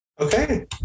Okay